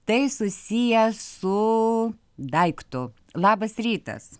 tai susiję su daiktu labas rytas